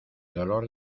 dolor